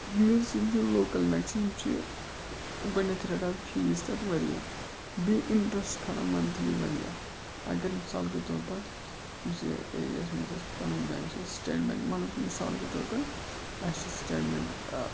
یِم أسۍ یِم چھِ لوکَل چھِ یِم چھِ گۄڈنٮ۪تھٕے رَٹان فیٖس تَتھ واریاہ بیٚیہِ اِنٹرٛسٹ کھالان مَنتھلی واریاہ اگر مِثال کے طور پَر یُس یہِ ایریاہَس منٛز اَسہِ پَنُن بٮ۪نٛک چھِ اَسہِ سٹیٹ بٮ۪نٛک یِمَن مِثال کے طور پَر اَسہِ چھِ سٹیٹ بٮ۪نٛک